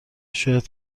شاید